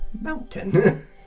Mountain